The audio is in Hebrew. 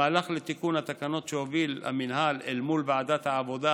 המהלך לתיקון התקנות שהוביל המינהל אל מול ועדת העבודה,